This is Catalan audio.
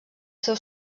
seus